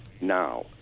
now